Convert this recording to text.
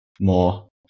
more